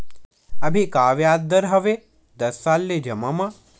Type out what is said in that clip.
अभी का ब्याज दर हवे दस साल ले जमा मा?